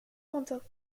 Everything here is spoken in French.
quentin